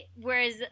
Whereas